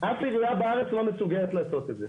אף עירייה בארץ לא מסוגלת לעשות את זה.